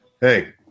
Hey